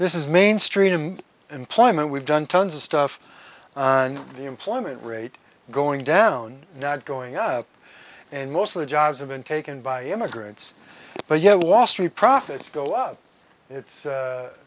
this is mainstream employment we've done tons of stuff on the employment rate going down not going up and most of the jobs have been taken by immigrants but you know wall street profits go up it's